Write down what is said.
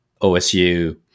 OSU